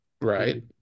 Right